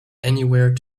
anywhere